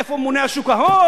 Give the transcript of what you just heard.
איפה הממונה על שוק ההון?